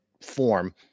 form